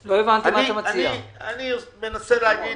אני מנסה לומר